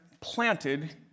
planted